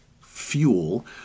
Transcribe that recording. fuel